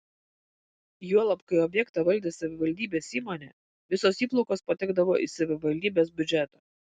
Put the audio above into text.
juolab kai objektą valdė savivaldybės įmonė visos įplaukos patekdavo į savivaldybės biudžetą